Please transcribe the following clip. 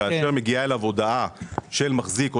כאשר מגיעה אליו הודעה של מחזיק בנכס,